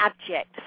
abject